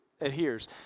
adheres